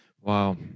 Wow